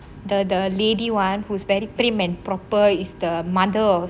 the the lady one who's very prim and proper is the mother of